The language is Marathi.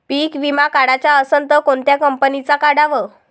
पीक विमा काढाचा असन त कोनत्या कंपनीचा काढाव?